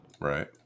right